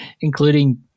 Including